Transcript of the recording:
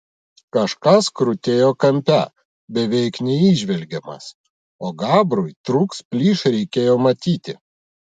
kažkas krutėjo kampe beveik neįžvelgiamas o gabrui truks plyš reikėjo matyti